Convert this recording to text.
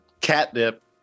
catnip